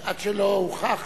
עד שלא הוכח